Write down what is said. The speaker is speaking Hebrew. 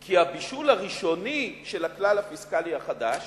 כי הבישול הראשוני של הכלל הפיסקלי החדש